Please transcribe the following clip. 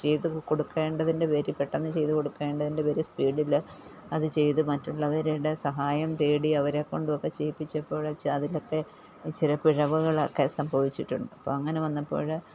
ചെയ്തു കൊടുക്കേണ്ടതിൻ്റെ പേരില് പെട്ടന്ന് ചെയ്തു കൊടുക്കേണ്ടതിൻ്റെ പേരില് സ്പീഡില് അതു ചെയ്ത് മറ്റുള്ളവരുടെ സഹായം തേടി അവരെ കൊണ്ടുവൊക്കെ ചെയ്യിപ്പിച്ചപ്പോഴ്ച്ചതിലക്കെ ഇച്ചിരി പിഴവുകളൊക്കെ സംഭവിച്ചിട്ടുണ്ട് അപ്പോഴങ്ങനെ വന്നപ്പോള്